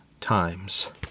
times